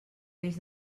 peix